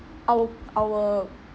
our our